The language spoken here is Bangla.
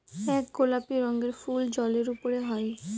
এক গোলাপি রঙের ফুল জলের উপরে হয়